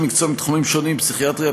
מקצוע מתחומים שונים: פסיכיאטריה,